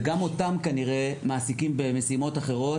וגם אותם כנראה מעסיקים במשימות אחרות.